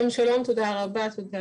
שלום, תודה על ההזדמנות.